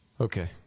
Okay